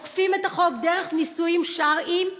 עוקפים את החוק דרך נישואים שרעיים,